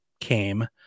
came